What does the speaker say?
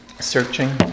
searching